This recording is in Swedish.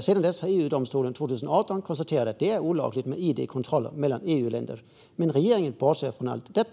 Sedan dess har EU-domstolen 2018 konstaterat att det är olagligt med id-kontroller mellan EU-länder, men regeringen bortser från allt detta.